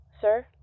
Sir